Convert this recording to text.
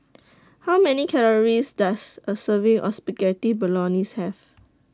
How Many Calories Does A Serving Or Spaghetti Bolognese Have